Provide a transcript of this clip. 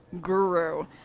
guru